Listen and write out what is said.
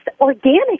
organic